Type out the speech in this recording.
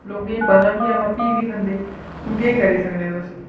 लोकें गी पता बी ऐ पर भी बी खंदे हू'न केह् करी सकने तुस